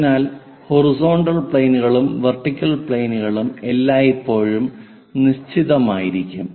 അതിനാൽ ഹൊറിസോണ്ടൽ പ്ലെയിനുകളും വെർട്ടിക്കൽ പ്ലെയിനുകളും എല്ലായ്പ്പോഴും നിശ്ചിതമായിരിക്കും